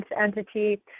entity